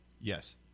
Yes